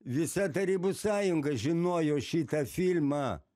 visa tarybų sąjunga žinojo šitą filmą